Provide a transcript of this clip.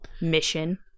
mission